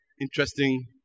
interesting